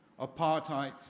apartheid